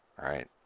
alright,